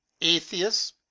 Atheists